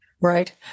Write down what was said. Right